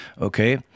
Okay